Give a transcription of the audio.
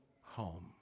home